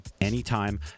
anytime